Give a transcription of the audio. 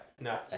no